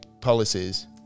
policies